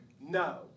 No